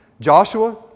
Joshua